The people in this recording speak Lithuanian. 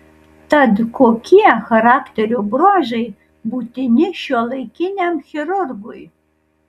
tad kokie charakterio bruožai būtini šiuolaikiniam chirurgui